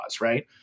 right